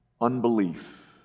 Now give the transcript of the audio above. unbelief